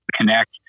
connect